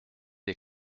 les